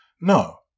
No